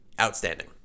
outstanding